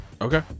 Okay